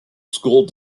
school